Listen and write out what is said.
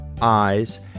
eyes